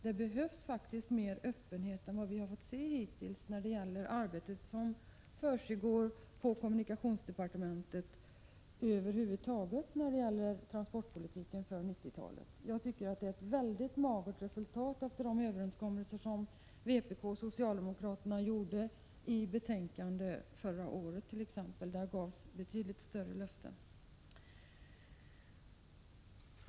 Det behövs faktiskt mer öppenhet än vad vi har fått se hittills när det gäller det arbete som försiggår inom kommunikationsdepartementet över huvud taget när det gäller transportpolitiken inför 90-talet. Jag tycker resultaten är mycket magra jämfört med de överenskommelser som vpk och socialdemokraterna gjorde i utskottet förra året t.ex. Där gavs det betydligt större löften.